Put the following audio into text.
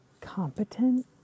competent